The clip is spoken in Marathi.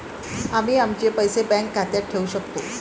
आम्ही आमचे पैसे बँक खात्यात ठेवू शकतो